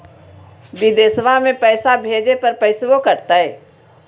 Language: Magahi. बिदेशवा मे पैसवा भेजे पर पैसों कट तय?